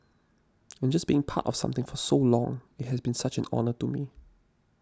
and just being part of something for so long it has been such an honour to me